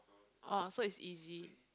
oh so it's easy